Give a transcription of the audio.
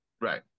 right